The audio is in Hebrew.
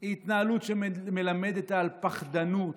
היא התנהלות שמלמדת על פחדנות,